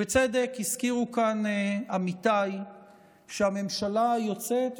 בצדק הזכירו כאן עמיתיי שהממשלה היוצאת,